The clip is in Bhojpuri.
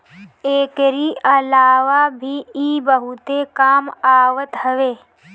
एकरी अलावा भी इ बहुते काम आवत हवे